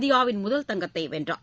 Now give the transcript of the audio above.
இந்தியாவின் முதல் தங்கத்தை வென்றார்